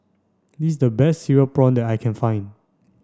this is the best Cereal Prawn that I can find